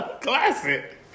Classic